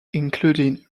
including